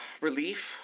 relief